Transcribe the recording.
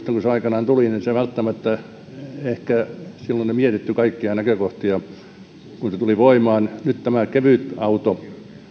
aikanaan tuli ja silloin ei ehkä mietitty kaikkia näkökohtia kun se tuli voimaan nyt tämä kevytauto